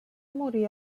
morir